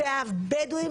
שהבדואים,